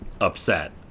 upset